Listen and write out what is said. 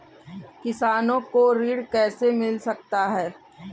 किसानों को ऋण कैसे मिल सकता है?